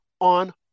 on